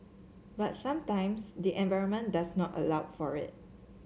but sometimes the environment does not allow for it